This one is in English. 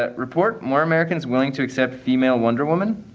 ah report more americans willing to accept female wonder woman